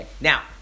Now